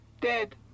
Dead